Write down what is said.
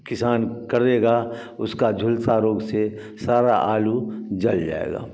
किसान करेगा उसका झुलसा रोग से सारे आलू जल जाएंगे